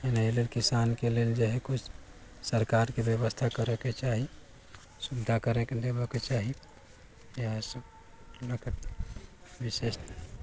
एहिलेल किसानके लेल जे हइ कुछ सरकारके व्यवस्था करयके चाही सुविधा करयके लेबयके चाही इएहसभ विशेष